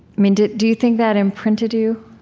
mean do do you think that imprinted you,